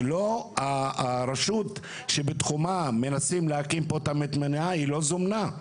זה שהרשות שבתחומה מנסים להקים את המטמנה לא זומנה.